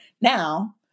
now